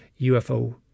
UFO